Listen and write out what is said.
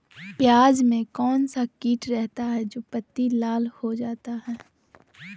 प्याज में कौन सा किट रहता है? जो पत्ती लाल हो जाता हैं